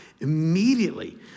Immediately